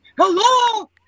hello